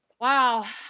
Wow